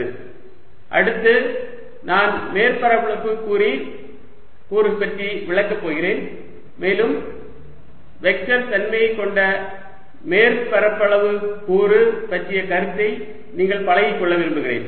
dl dxx dyy dzz அடுத்து நான் மேற்பரப்பளவு கூறு பற்றி விளக்கப் போகிறேன் மேலும் வெக்டர் தன்மையைக் கொண்ட மேற்பரப்பளவு கூறு பற்றிய கருத்தை நீங்கள் பழகிக்கொள்ள விரும்புகிறேன்